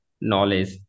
knowledge